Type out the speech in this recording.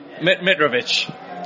Mitrovic